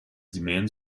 demand